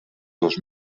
dos